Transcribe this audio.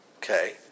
Okay